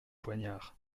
poignard